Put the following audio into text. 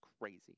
crazy